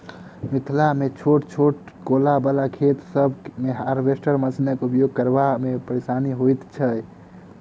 मिथिलामे छोट छोट कोला बला खेत सभ मे हार्वेस्टर मशीनक उपयोग करबा मे परेशानी होइत छै